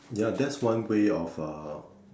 ya that's one way of uh